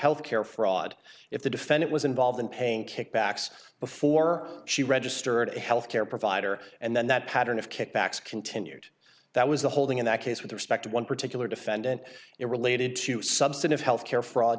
health care fraud if the defendant was involved in paying kickbacks before she registered a health care provider and then that pattern of kickbacks continued that was the holding in that case with respect to one particular defendant it related to substantive health care fraud